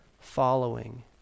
Following